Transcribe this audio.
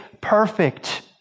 perfect